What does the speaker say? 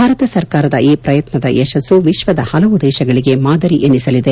ಭಾರತ ಸರ್ಕಾರದ ಈ ಪ್ರಯತ್ಯದ ಯಶಸ್ನು ವಿಶ್ವದ ಪಲವು ದೇಶಗಳಿಗೆ ಮಾದರಿ ಎನಿಸಲಿದೆ